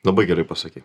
labai gerai pasakei